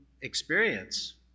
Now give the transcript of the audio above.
experience